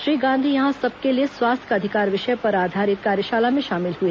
श्री गांधी यहां सबके लिए स्वास्थ्य का अधिकार विषय पर आधारित कार्यशाला में शामिल हुए